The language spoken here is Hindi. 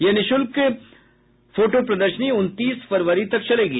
यह निःशुल्क फोटो प्रदर्शनी उनतीस फरवरी तक चलेगी